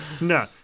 No